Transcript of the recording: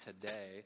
today